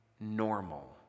normal